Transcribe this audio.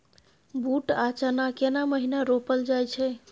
बूट आ चना केना महिना रोपल जाय छै?